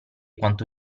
quanto